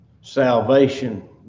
Salvation